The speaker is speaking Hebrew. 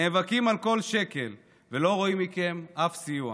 נאבקים על כל שקל ולא רואים מכם אף סיוע.